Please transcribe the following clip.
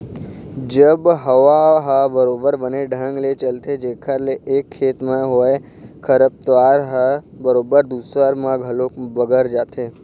जब हवा ह बरोबर बने ढंग ले चलथे जेखर ले एक खेत म होय खरपतवार ह बरोबर दूसर म घलोक बगर जाथे